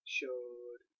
showed